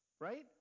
Right